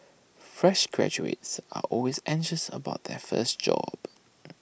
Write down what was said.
fresh graduates are always anxious about their first job